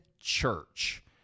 church